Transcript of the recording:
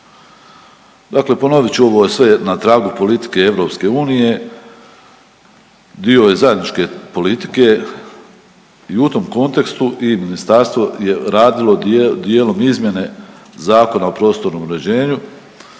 Dakle ponovit ću ovo sve, na tragu politike EU dio je zajedničke politike i u tom kontekstu i ministarstvo je radilo dijelom izmjene Zakona o prostornom uređenju